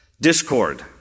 Discord